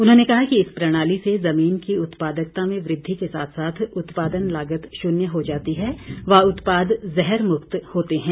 उन्होंने कहा कि इस प्रणाली से जमीन की उत्पादकता में वृद्धि के साथ साथ उत्पादन लागत शून्य हो जाती है व उत्पाद जहर मुक्त होते है